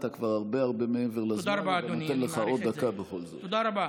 אתה כבר הרבה הרבה מעבר לזמן, תודה רבה,